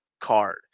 card